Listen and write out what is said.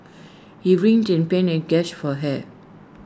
he writhed in pain and gasped for air